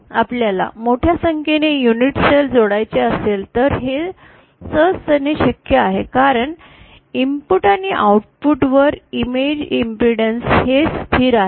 जर आपल्याला मोठ्या संख्येने युनिट सेल्स जोडायचे असेल तर हे सहजतेने शक्य आहे कारण इनपुट आणि आउटपुट वर इमेज इम्पीडैन्स हे स्थिर आहे